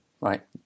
Right